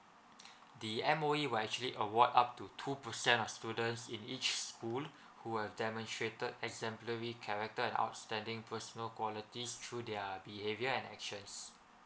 the M_O_E were actually award up to two percent of students in each school who have demonstrated exemplary character and outstanding personal qualities through their behaviour and actions